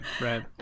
right